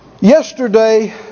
Yesterday